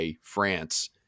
France